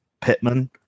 Pittman